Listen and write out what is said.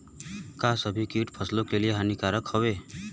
का सभी कीट फसलों के लिए हानिकारक हवें?